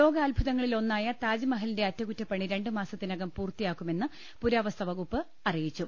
ലോകാദ്ഭുതങ്ങളിലൊന്നായ താജ്മഹലിന്റെ അറ്റകുറ്റപ്പണി രണ്ടു മാസത്തിനകം പൂർത്തിയാക്കുമെന്ന് പുരാവസ്തുവകുപ്പ് അറിയിച്ചു